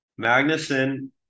Magnuson